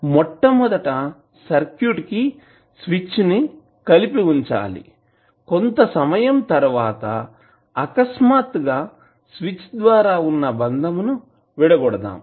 మొట్టమొదట సర్క్యూట్ కి స్విచ్ కలిపి ఉంచాలి కొంత సమయం తర్వాత అకస్మాత్తుగా స్విచ్ ద్వారా వున్నా బంధము ను విడగొడదాము